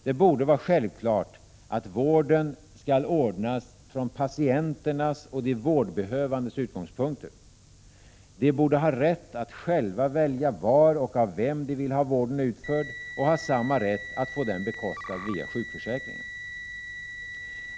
Det borde vara självklart att vården skall ordnas från patienternas och de vårdbehövandes utgångspunkter. De borde ha rätt att själva välja var och av vem de vill ha vården utförd och ha samma rätt att få den bekostad via sjukförsäkringen.